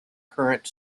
current